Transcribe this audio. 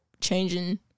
changing